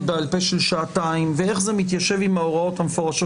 בעל פה של שעתיים ואיך זה מתיישב עם ההוראות המפורשות